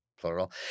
Plural